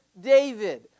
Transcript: David